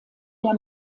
der